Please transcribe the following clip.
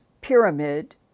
pyramid